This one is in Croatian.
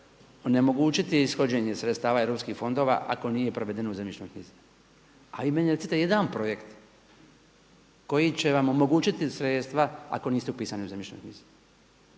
onemogućiti ishođenje sredstava europskih fondova ako nije proveden u zemljišnoj knjizi. A vi meni recite jedan projekt koji će vam omogućiti sredstva ako niste upisani u zemljišnoj knjizi.